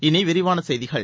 இனி விரிவான செய்திகள்